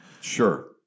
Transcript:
Sure